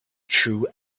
true